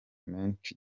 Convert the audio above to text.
menshi